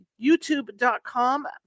youtube.com